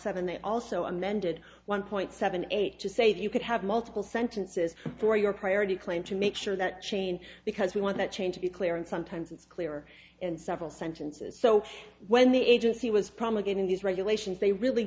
seven they also amended one point seven eight to say that you could have multiple sentences for your priority claim to make sure that chain because we want that change to be clear and sometimes it's clearer in several sentences so when the agency was probably getting these regulations they really